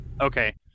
Okay